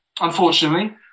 unfortunately